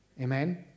Amen